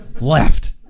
left